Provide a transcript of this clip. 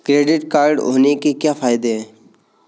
Credit card होने के क्या फायदे हैं?